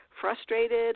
frustrated